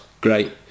great